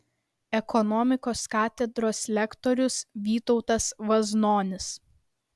ekonomikos katedros lektorius vytautas vaznonis